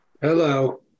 Hello